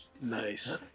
Nice